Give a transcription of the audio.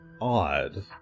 odd